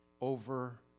over